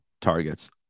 targets